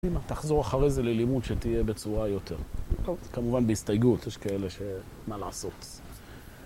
תחזור אחרי זה ללימוד שתהיה בצורה יותר כמובן בהסתייגות יש כאלה ש... מה לעשות